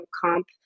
comp